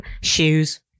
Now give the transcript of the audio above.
Shoes